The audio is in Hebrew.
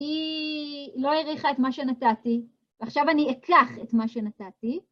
היא לא הריחה את מה שנתתי, ועכשיו אני אקח את מה שנתתי.